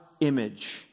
image